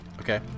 Okay